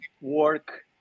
work